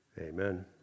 Amen